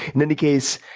in any case,